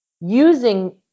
using